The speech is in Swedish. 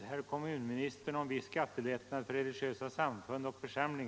skall kunna realiseras.